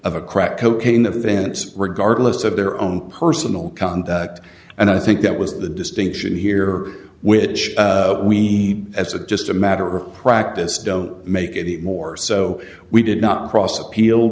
of a crack cocaine the vents regardless of their own personal conduct and i think that was the distinction here which we as a just a matter of practice don't make any more so we did not cross appeal